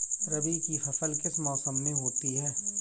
रबी की फसल किस मौसम में होती है?